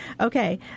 Okay